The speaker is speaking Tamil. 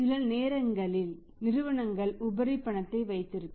சில நேரங்களில் நிறுவனங்கள் உபரி பணத்தை வைத்திருக்கும்